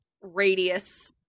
radius